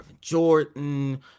Jordan